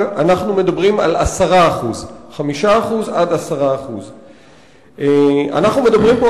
אנחנו מדברים על 10%. 5% עד 10%. אנחנו מדברים פה